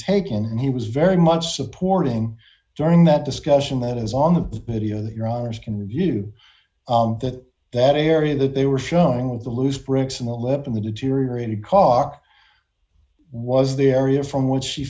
taken he was very much supporting during that discussion that is on the video that you're hours can view that that area that they were showing with the loose bricks in the lip in the deteriorated car was the area from which she